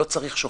לא צריך שופטים,